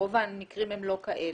רוב המקרים הם לא כאלה.